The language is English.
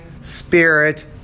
spirit